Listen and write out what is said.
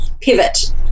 pivot